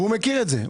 והוא מכיר את זה.